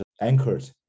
anchored